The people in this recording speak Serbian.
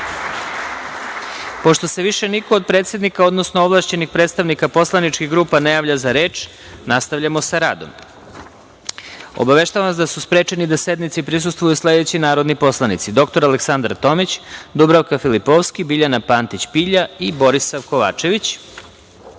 Pošto se više niko od predsednika, odnosno ovlašćenih predstavnika poslaničkih grupa ne javlja za reč nastavljamo sa radom. Obaveštavam vas da su sednici sprečeni da prisustvuju sledeći narodni poslanici: